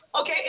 Okay